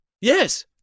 Yes